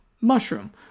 mushroom